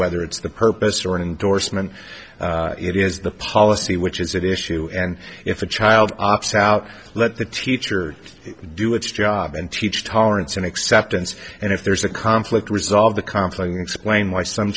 whether it's the purpose or an endorsement it is the policy which is that issue and if a child ops out let the teacher do its job and teach tolerance and acceptance and if there's a conflict resolve the conflict and explain why some